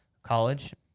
college